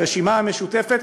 הרשימה המשותפת,